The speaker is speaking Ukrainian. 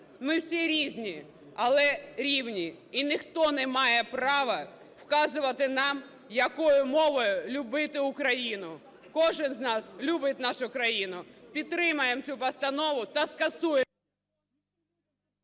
Ми всі різні, але рівні, і ніхто не має права вказувати нам якою мовою любити Україну, кожен з нас любить нашу країну. Підтримаємо цю постанову та скасуємо…